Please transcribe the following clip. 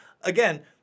Again